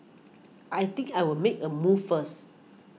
I think I'll make a move first